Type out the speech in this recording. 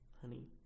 honey